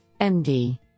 MD